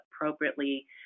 appropriately